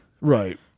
Right